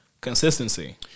consistency